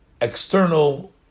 external